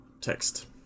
text